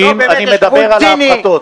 השימושים, אני מדבר על הפחתות.